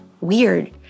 weird